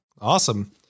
Awesome